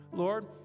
Lord